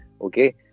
Okay